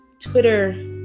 Twitter